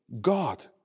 God